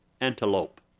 antelope